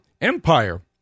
Empire